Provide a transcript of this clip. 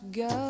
go